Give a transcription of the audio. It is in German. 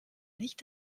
nicht